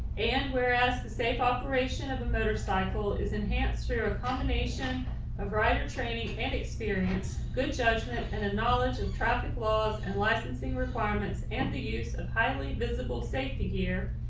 and whereas the safe operation of a motorcycle is enhanced through a combination of rider training and experience good judgment and a knowledge of traffic laws and licensing requirements and the use of highly visible safety gear.